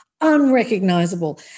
unrecognizable